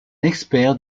expert